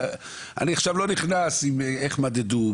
אני עכשיו לא נכנס לאיך מדדו,